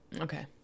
Okay